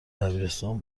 دبیرستان